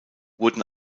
wurden